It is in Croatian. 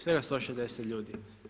Svega 160 ljudi.